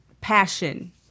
passion